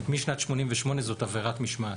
זאת אומרת, משנת 1988 זאת עבירת משמעת.